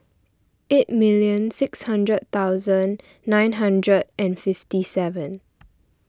eight million six hundred thousand nine hundred and fifty seven